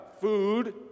food